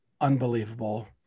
unbelievable